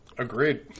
agreed